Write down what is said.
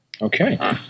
Okay